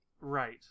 Right